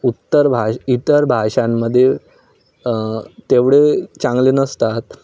उत्तर भाष इतर भाषांमध्ये तेवढे चांगले नसतात